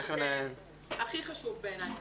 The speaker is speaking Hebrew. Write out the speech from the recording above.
הכי חשוב בעיניי.